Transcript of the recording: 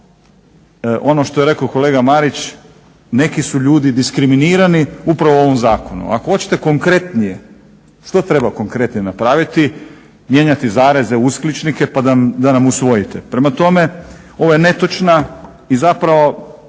Ono što je rekao kolega Marić neki su ljudi diskriminirani upravo u ovom zakonu. Ako hoćete konkretnije što treba konkretnije napraviti? Mijenjati zareze, uskličnike pa da nam usvojite. Prema tome, ovo je netočna i zapravo